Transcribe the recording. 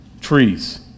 trees